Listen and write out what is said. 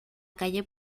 calle